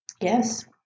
Yes